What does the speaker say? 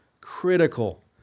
critical